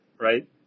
right